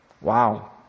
Wow